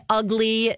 ugly